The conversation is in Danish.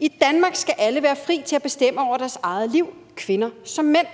I Danmark skal alle være fri til at bestemme over deres eget liv. Kvinder som mænd!«